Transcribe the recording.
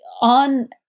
on